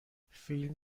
فیلم